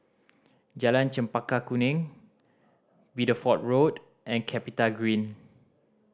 Jalan Chempaka Kuning Bideford Road and CapitaGreen